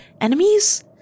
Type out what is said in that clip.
enemies